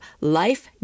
Life